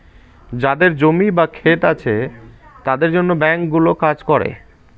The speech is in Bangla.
যাদের জমি বা ক্ষেত আছে তাদের জন্য ব্যাঙ্কগুলো কাজ করে